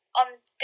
on